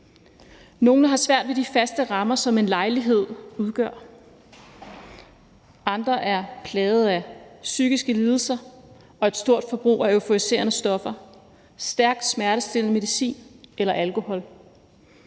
Nogle har svært ved de faste rammer, som en lejlighed udgør. Andre er plaget af psykiske lidelser og et stort forbrug af euforiserende stoffer, stærk smertestillende medicin eller alkohol.